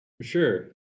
Sure